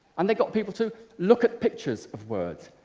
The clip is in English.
and they got people to look at pictures of words.